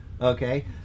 okay